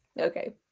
Okay